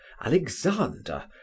alexander